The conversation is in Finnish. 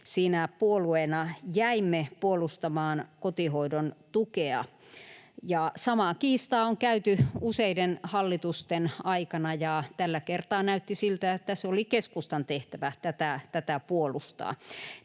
siinä puolueena jäimme puolustamaan kotihoidon tukea. Samaa kiistaa on käyty useiden hallitusten aikana, ja tällä kertaa näytti siltä, että se oli keskustan tehtävä tätä puolustaa.